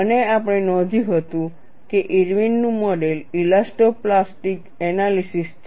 અને આપણે નોંધ્યું હતું કે ઇરવિનનું model Irwin's model elastoplastic analysis છે